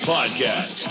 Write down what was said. Podcast